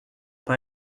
pas